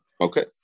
Okay